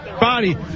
body